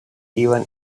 even